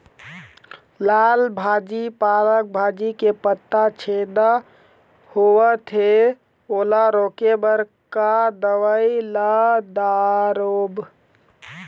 लाल भाजी पालक भाजी के पत्ता छेदा होवथे ओला रोके बर का दवई ला दारोब?